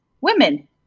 Women